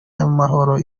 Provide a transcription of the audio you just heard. y’amahoro